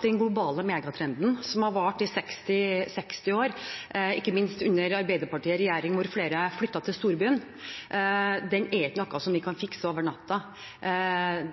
Den globale megatrenden, som har vart i 60 år, ikke minst under Arbeiderpartiet i regjering, da flere flyttet til storbyen, er ikke noe vi kan fikse over natten.